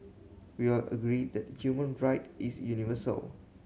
we all agree that human right is universal